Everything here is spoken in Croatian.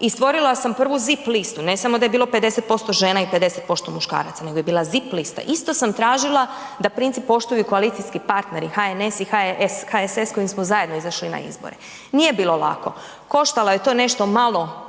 i stvorila sam prvu zip listu, ne samo da je bilo 50% žena o 50% muškaraca nego je bila zip lista. Isto sam tražila da princip poštuju i koalicijski partneri HNS i HS, HSS s kojim smo zajedno izašli na izbore. Nije bilo lako, koštalo je to nešto malo